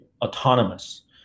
autonomous